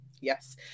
Yes